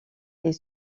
est